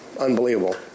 Unbelievable